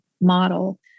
model